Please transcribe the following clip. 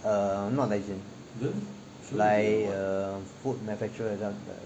err not that she like err food manufacturer 这样子的